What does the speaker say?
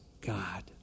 God